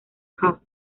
cup